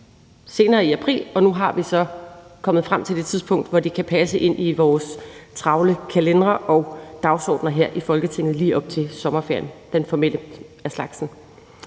senere i april, og nu er vi så kommet frem til det tidspunkt, hvor det kan passe ind i vores travle kalendere og dagsordener her i Folketinget lige op til sommerferien, den formelle af slagsen.